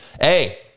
hey